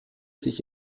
sich